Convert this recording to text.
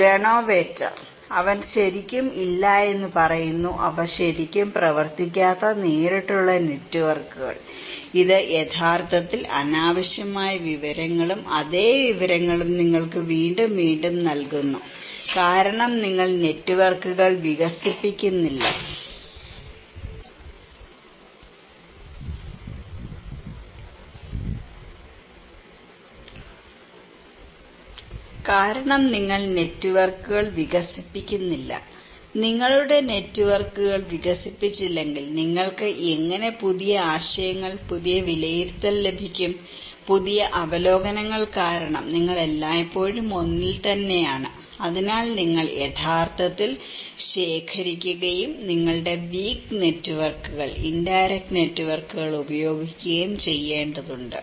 Granovetter അവൻ ശരിക്കും ഇല്ല എന്ന് പറയുന്നു അവ ശരിക്കും പ്രവർത്തിക്കാത്ത നേരിട്ടുള്ള നെറ്റ്വർക്കുകൾ ഇത് യഥാർത്ഥത്തിൽ അനാവശ്യമായ വിവരങ്ങളും അതേ വിവരങ്ങളും നിങ്ങൾക്ക് വീണ്ടും വീണ്ടും നൽകുന്നു കാരണം നിങ്ങൾ നെറ്റ്വർക്കുകൾ വികസിപ്പിക്കുന്നില്ല നിങ്ങളുടെ നെറ്റ്വർക്കുകൾ വികസിപ്പിച്ചില്ലെങ്കിൽ നിങ്ങൾക്ക് എങ്ങനെ പുതിയ ആശയങ്ങൾ പുതിയ വിലയിരുത്തൽ ലഭിക്കും പുതിയ അവലോകനങ്ങൾ കാരണം നിങ്ങൾ എല്ലായ്പ്പോഴും ഒന്നിൽ തന്നെയാണ് അതിനാൽ നിങ്ങൾ യഥാർത്ഥത്തിൽ ശേഖരിക്കുകയും നിങ്ങളുടെ വീക്ക് നെറ്റ്വർക്കുകൾ ഇൻഡയറക്റ്റ് നെറ്റ്വർക്കുകൾ ഉപയോഗിക്കുകയും ചെയ്യേണ്ടതുണ്ട്